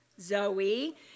zoe